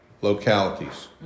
localities